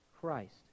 Christ